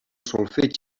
solfeig